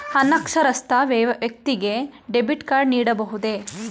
ಅನಕ್ಷರಸ್ಥ ವ್ಯಕ್ತಿಗೆ debit card ನೀಡಬಹುದೇ?